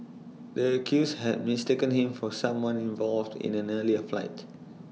the accused had mistaken him for someone involved in an earlier fight